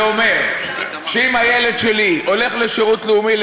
זה אומר שאם הילד שלי הולך לשירות לאומי,